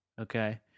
Okay